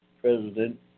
president